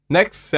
Next